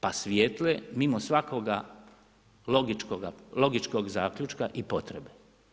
Pa svijetle mimo svakoga logičkog zaključka i potrebe.